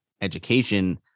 education